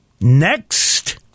Next